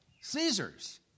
Caesar's